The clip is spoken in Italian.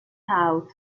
out